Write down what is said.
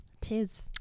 tis